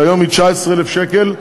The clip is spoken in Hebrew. שהיום היא 19,000 שקל,